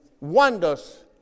wonders